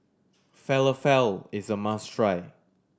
falafel is a must try